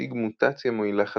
משיג מוטציה מועילה חדשה,